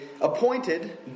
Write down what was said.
appointed